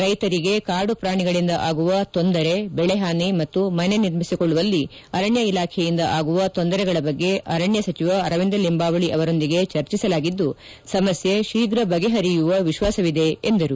ರೈತರಿಗೆ ಕಾದು ಪ್ರಾಣಿಗಳಿಂದ ಆಗುವ ತೊಂದರೆ ಬೆಳೆ ಹಾನಿ ಮತ್ತು ಮನೆ ನಿರ್ಮಿಸಿಕೊಳ್ಳುವಲ್ಲಿ ಅರಣ್ಯ ಇಲಾಖೆಯಿಂದ ಆಗುವ ತೊಂದರೆಗಳ ಬಗ್ಗೆ ಅರಣ್ಯ ಸಚಿವ ಅರವಿಂದ ಲಿಂಬಾವಳಿ ಅವರೊಂದಿಗೆ ಚರ್ಚಿಸಲಾಗಿದ್ದು ಸಮಸ್ನೆ ಶೀಘ್ರ ಬಗೆಹರಿಯುವ ವಿಶ್ವಾಸವಿದೆ ಎಂದರು